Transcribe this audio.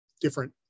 different